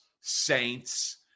Saints